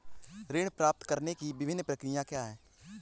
ऋण प्राप्त करने की विभिन्न प्रक्रिया क्या हैं?